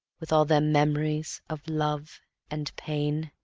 with all their memories of love and pain.